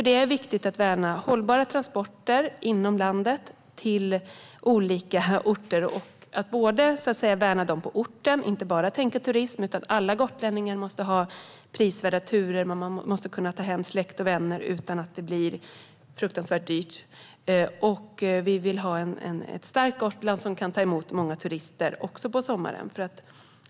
Det är viktigt att värna hållbara transporter inom landet till olika orter och att värna dem som bor på orten och inte bara tänka turism. Alla gotlänningar måste ha prisvärda turer. Man måste kunna ta hem släkt och vänner utan att det blir fruktansvärt dyrt. Vi vill ha ett starkt Gotland som kan ta emot många turister också på sommaren.